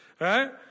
right